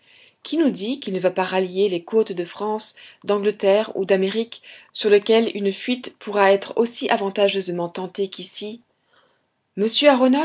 qui nous dit qu'il ne va pas rallier les côtes de france d'angleterre ou d'amérique sur lesquelles une fuite pourra être aussi avantageusement tentée qu'ici monsieur aronnax